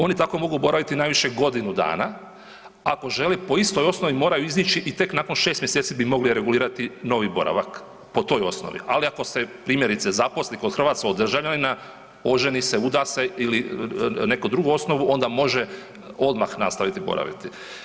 Oni tako mogu boraviti godinu dana, a ako želi po istoj osnovi moraju izići i tek nakon 6 mjeseci bi mogli regulirati novi boravak po toj osnovi, ali ako se primjerice zaposli kod hrvatskog državljanina, oženi se, uda se ili neku drugu osnovu onda može odmah nastaviti boraviti.